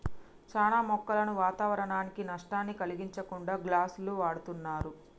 చానా మొక్కలను వాతావరనానికి నష్టాన్ని కలిగించకుండా గ్లాస్ను వాడుతున్నరు